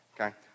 okay